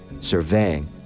surveying